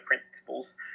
principles